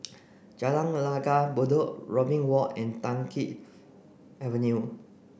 Jalan Langgar Bedok Robin Walk and Tai Keng Avenue